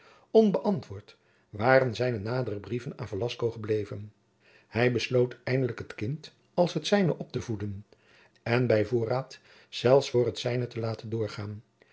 onbeantwoord waren zijne nadere brieven aan velasco gebleven hij besloot eindelijk het kind als het zijne op te voeden en bij voorraad zelfs voor het zijne te laten doorgaan